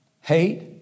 Hate